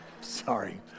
Sorry